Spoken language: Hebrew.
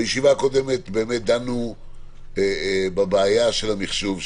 בישיבה קודמת באמת דנו בבעיה של המחשוב,